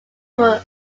were